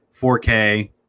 4K